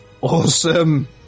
awesome